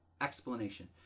explanation